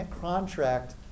contract